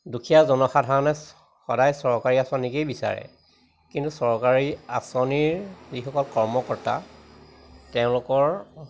দুখীয়া জনসাধাৰণে সদায় চৰকাৰী আঁচনিকেই বিচাৰে কিন্তু চৰকাৰী আঁচনিৰ যিসকল কৰ্মকৰ্তা তেওঁলোকৰ